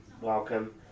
welcome